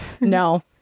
no